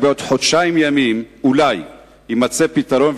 רק בעוד חודשיים ימים אולי יימצא פתרון,